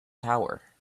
tower